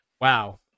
wow